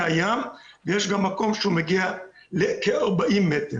הים ויש גם מקום שהוא מגיע לכ-40 מטרים.